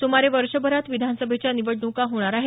सुमारे वर्षभरात विधानसभेच्या निवडणुका होणार आहेत